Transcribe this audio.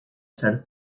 ser